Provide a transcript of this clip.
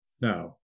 now